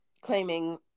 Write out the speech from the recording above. claiming